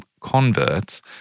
converts